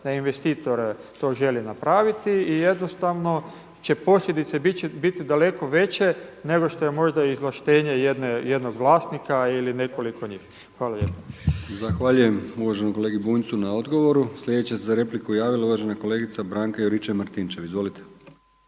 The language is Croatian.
da investitor to želi napraviti i posljedice će biti daleko veće nego što je možda izvlaštenje jednog vlasnika ili nekoliko njih. Hvala lijepo. **Brkić, Milijan (HDZ)** Zahvaljujem uvaženom kolegi Bunjcu na odgovoru. Sljedeća se za repliku javila uvažena kolegica Branka Juričev-Martinčev. Izvolite.